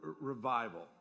revival